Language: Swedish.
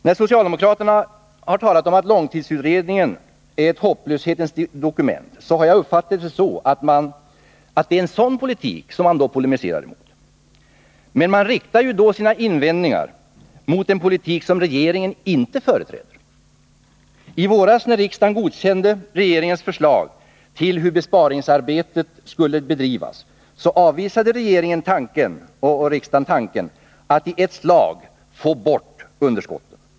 När socialdemokraterna talat om långtidsutredningen som ett ”hopplöshetens dokument” har jag uppfattat det så att det är en sådan politik man polemiserar mot. Men man riktar ju då sina invändningar mot en politik regeringen inte företräder. I våras, när riksdagen godkände regeringens förslag till hur besparingsarbetet skulle bedrivas, avvisade både regering och riksdag tanken att i ett slag få bort underskotten.